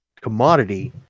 commodity